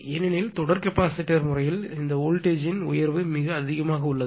ஏனெனில் தொடர் கெப்பாசிட்டர் வழக்கு இந்த வோல்டேஜ் யை ன் உயர்வு மிக அதிகமாக உள்ளது